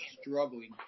struggling